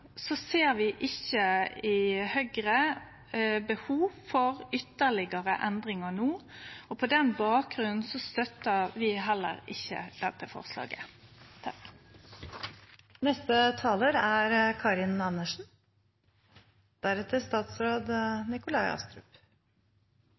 ser vi i Høgre ikkje behov for ytterlegare endringar no. På den bakgrunn støttar vi heller ikkje dette forslaget. Dette er